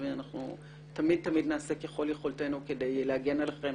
אנחנו תמיד נעשה ככל יכולתנו כדי להגן עליכם